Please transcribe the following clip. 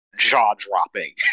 jaw-dropping